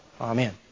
Amen